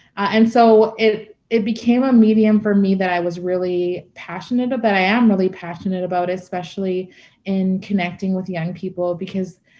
and so it it became a medium for me that i was really passionate about but that i am really passionate about especially in connecting with young people because,